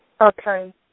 Okay